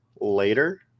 later